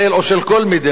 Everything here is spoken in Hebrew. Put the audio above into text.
או של כל מדינה,